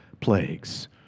plagues